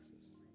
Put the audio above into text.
Jesus